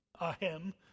Ahem